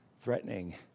threatening